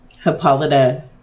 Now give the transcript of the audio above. Hippolyta